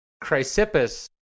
Chrysippus